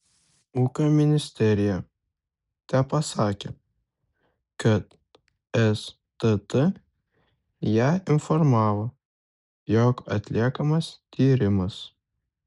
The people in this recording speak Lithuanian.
ūkio ministerija tepasakė kad stt ją informavo jog atliekamas tyrimas